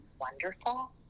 wonderful